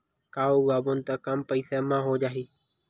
का उगाबोन त कम पईसा म हो जाही?